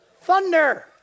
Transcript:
thunder